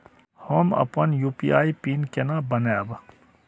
हम अपन UPI pin केना बनैब?